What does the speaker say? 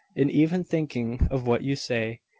in even thinking of what you say.